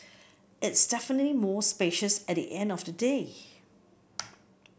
it's definite more spacious at the end of the day